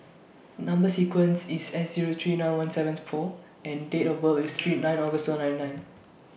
Number sequence IS S Zero three nine one seventh four and Date of birth IS nine August two nine nine